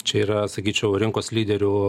čia yra sakyčiau rinkos lyderių